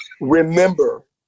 remember